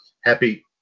Happy